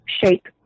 shape